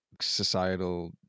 societal